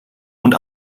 und